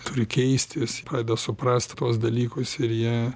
turi keistis pradeda suprast tuos dalykus ir jie